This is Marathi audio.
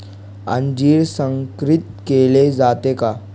अंजीर संकरित केले जाते का?